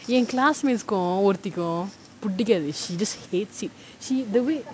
என்:en classmates க்கும் ஒருத்திக்கும் புடிக்காது:kum oruthikkum pudikkaathu she just hates it she the way